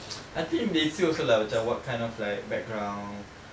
I think they see also lah macam what kind of like background